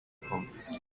homies